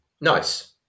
Nice